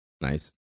Nice